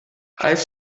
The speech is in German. als